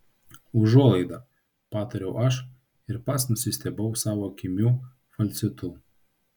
užuolaida patariau aš ir pats nusistebėjau savo kimiu falcetu